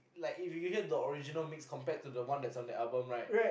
like if you get the original mix compared to the one that's on the album right